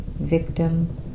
victim